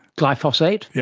glyphosate, yeah